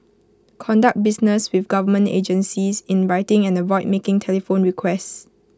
conduct business with government agencies in writing and avoid making telephone requests